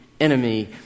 enemy